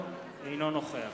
אינו נוכח